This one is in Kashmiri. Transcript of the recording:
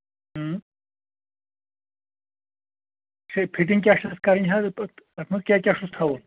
اۭں فِٹنٛگ کیاہ چھےٚ حظ تَتھ کَرٕنۍ حظ تَتھ منٛز کیاہ کیاہ چھُس تھاوُن